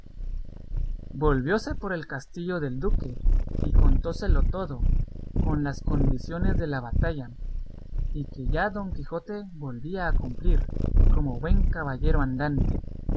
volvióse por el castillo del duque y contóselo todo con las condiciones de la batalla y que ya don quijote volvía a cumplir como buen caballero andante